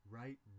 right